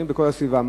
במודיעין והסביבה,